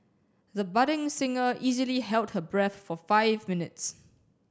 the budding singer easily held her breath for five minutes